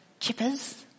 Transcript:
chippers